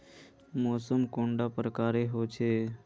मौसम कैडा प्रकारेर होचे?